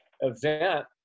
event